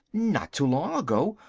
not too long ago.